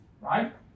right